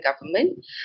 government